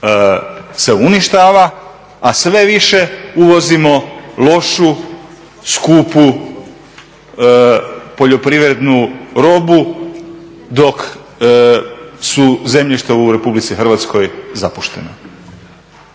se uništava, a sve više uvozimo lošu, skupu poljoprivrednu robu dok su zemljišta u RH zapuštena.